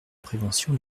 prévention